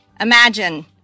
Imagine